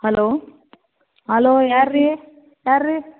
hello hello ಯಾರು ರೀ ಯಾರು ರೀ